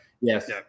Yes